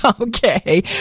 Okay